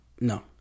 No